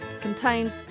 contains